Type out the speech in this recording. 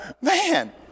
Man